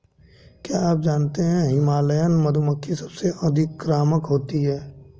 क्या आप जानते है हिमालयन मधुमक्खी सबसे अतिक्रामक होती है?